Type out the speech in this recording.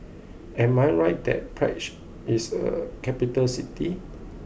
am I right that Prague is a capital city